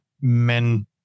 men